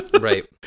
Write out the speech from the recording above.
right